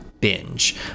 binge